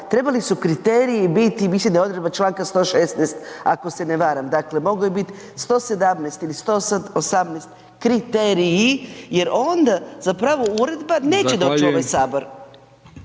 trebali su kriteriji biti, mislim da je odredba članka 116. ako se ne varam. Dakle mogao je biti 117 ili 118 kriteriji jer onda zapravo uredba neće doći u ovaj Sabor.